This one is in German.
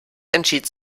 entschied